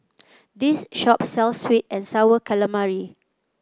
this shop sells sweet and sour calamari